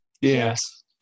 Yes